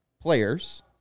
players –